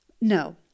No